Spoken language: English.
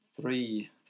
three